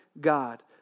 God